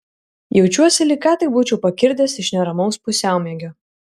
jaučiuosi lyg ką tik būčiau pakirdęs iš neramaus pusiaumiegio